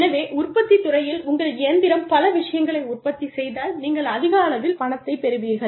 எனவே உற்பத்தித் துறையில் உங்கள் இயந்திரம் பல விஷயங்களை உற்பத்தி செய்தால் நீங்கள் அதிக அளவில் பணத்தைப் பெறுவீர்கள்